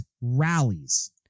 rallies